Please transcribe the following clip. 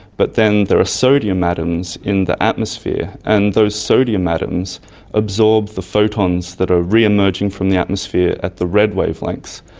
but then there are sodium atoms in the atmosphere and those sodium atoms absorbed the photons that are re-emerging from the atmosphere at the red wavelengths,